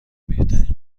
بهترین